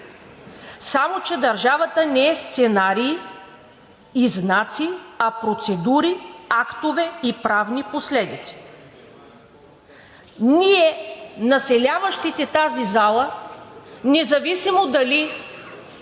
Само че държавата не е сценарии и знаци, а процедури, актове и правни последици. Ние, населяващите тази зала, независимо дали